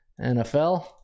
NFL